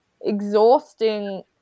exhausting